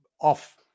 off